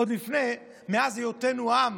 עוד לפני, מאז היותנו עם.